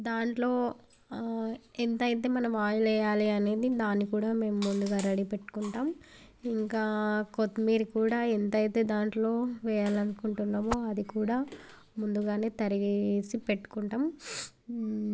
దాంట్లో ఎంత అయితే మనం ఆయిల్ వెయ్యాలి అనేది దాన్నికూడా మేము ముందరగా రెడీ పెట్టుకుని ఉంటాం ఇంకా కొత్తిమీర కూడా ఎంత అయితే దాంట్లో వెయ్యాలని అనుకుంటున్నామో అదికూడా ముందరగానే తరిగేసి పెట్టుకుంటాం